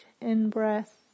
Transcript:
in-breath